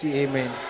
amen